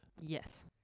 Yes